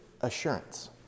assurance